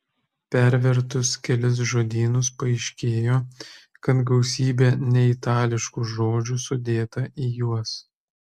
pervertus kelis žodynus paaiškėjo kad gausybė neitališkų žodžių sudėta į juos